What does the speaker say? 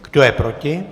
Kdo je proti?